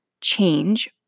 change